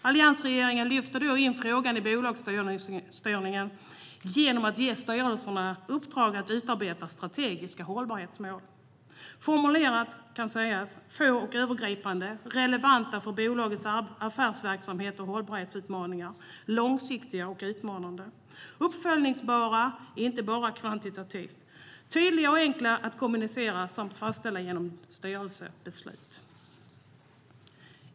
Alliansregeringen lyfte då in frågan i bolagsstyrningen genom att ge styrelserna i uppdrag att utarbeta strategiska hållbarhetsmål, formulerade enligt följande: De ska vara få och övergripande, relevanta för bolagens affärsverksamhet och hållbarhetsutmaningar, långsiktiga och utmanande, uppföljningsbara inte bara kvantitativt, tydliga och enkla att kommunicera samt fastställda genom styrelsebeslut.